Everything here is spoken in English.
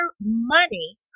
money